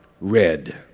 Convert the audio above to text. red